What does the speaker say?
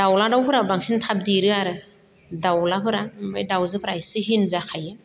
दाउज्ला दाउफोरा बांसिन थाब देरो आरो दाउज्लाफोरा ओमफ्राय दाउजोफोरा एसे हिन जाखायो